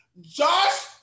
Josh